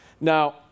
Now